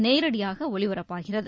நேரடியாக ஒலிபரப்பாகிறது